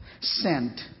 sent